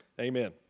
Amen